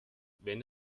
wenn